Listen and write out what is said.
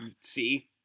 See